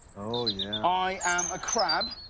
ah yeah i am a crab.